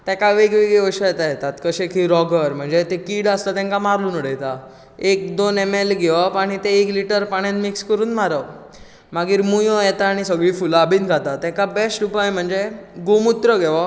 तेका वेगवेगळी औषधां येतात जशे की रोगर म्हणजे ती कीड आसता तेंकां मारून उडयता एक दोन एम एल घेवप आनी तें एक लिटर पाण्यांत मिक्स करून मारप मागीर मुयो येता आनी सगळीं फुलां बी खाता तेका बेश्ट उपाय म्हणजे गोमुत्र घेवप